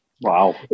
Wow